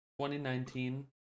2019